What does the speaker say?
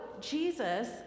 jesus